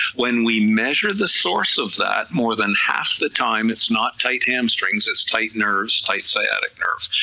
when we measure the source of that, more than half the time it's not tight hamstrings, its tight nerves, tight sciatic nerves,